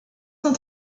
cent